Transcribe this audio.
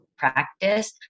practice